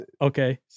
Okay